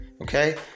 Okay